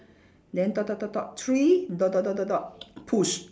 then dot dot dot dot three dot dot dot dot dot push